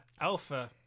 alpha